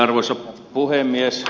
arvoisa puhemies